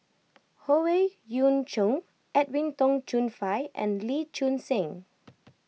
Howe Yoon Chong Edwin Tong Chun Fai and Lee Choon Seng